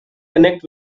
connect